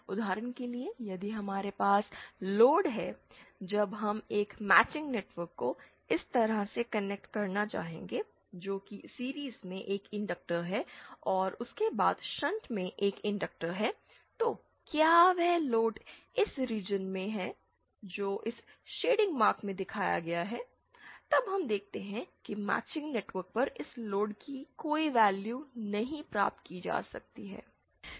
उदाहरण के लिए यदि हमारे पास लोड है जब हम एक माचिंग नेटवर्क को इस तरह से कनेक्ट करना चाहेंगे जो कि सीरीज़ में एक इनडक्टर है और उसके बाद शंट में एक इनडक्टर है तो क्या वह लोड इस रीजन में है जो इस शेडिंग मार्क में दिखाया गया है तब हम देखते हैं कि माचिंग नेटवर्क पर इस लोड की कोई वैल्यू नहीं प्राप्त की जा सकती है